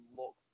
look